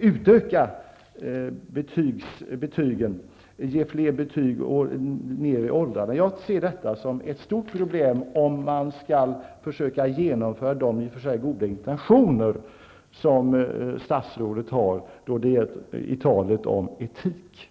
utöka betygen så att man ger fler betyg och har betyg långt ner i åldrarna. Jag ser detta som ett stort problem, om man skall försöka genomföra de i och för sig goda intentioner som statsrådet förde fram i talet om etik.